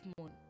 moon